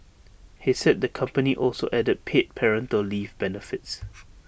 he said the company also added paid parental leave benefits